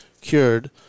cured